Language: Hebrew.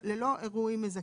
ללא אירועים מזכים.